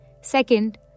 Second